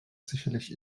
sicherlich